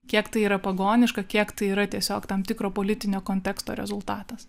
kiek tai yra pagoniška kiek tai yra tiesiog tam tikro politinio konteksto rezultatas